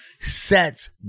Sets